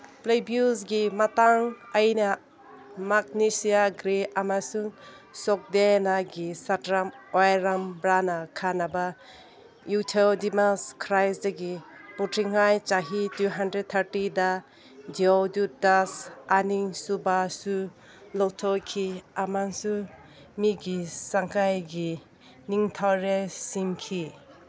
ꯄ꯭ꯂꯦꯕ꯭ꯌꯨꯁꯀꯤ ꯃꯇꯥꯡ ꯑꯩꯅ ꯃꯥꯛꯅꯦꯁꯤꯌꯥ ꯒ꯭ꯔꯦ ꯑꯃꯁꯨꯡ ꯁꯣꯛꯗꯦꯅꯥꯒꯤ ꯁꯇ꯭ꯔ ꯑꯣꯏꯔꯝꯕ꯭ꯔꯥꯅ ꯈꯟꯅꯕ ꯌꯨꯊꯣꯗꯤꯃꯥꯁ ꯈ꯭ꯔꯥꯏꯁꯗꯒꯤ ꯄꯣꯛꯇ꯭ꯔꯤꯉꯩ ꯆꯍꯤ ꯇꯨ ꯍꯟꯗ꯭ꯔꯦꯠ ꯊꯥꯔꯇꯤꯗ ꯗꯤꯌꯣꯗꯨꯇꯁ ꯑꯅꯤꯁꯨꯕꯁꯨ ꯂꯧꯊꯣꯛꯈꯤ ꯑꯃꯁꯨꯡ ꯃꯤꯒꯤ ꯁꯥꯒꯩꯒꯤ ꯅꯤꯡꯊꯧꯔꯦꯜ ꯁꯦꯝꯈꯤ